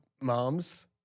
moms